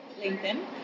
LinkedIn